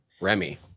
Remy